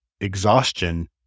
exhaustion